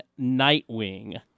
Nightwing